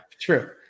True